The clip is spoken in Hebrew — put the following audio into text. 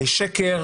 שקר